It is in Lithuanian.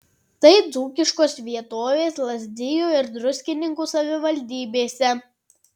tai dzūkiškos vietovės lazdijų ir druskininkų savivaldybėse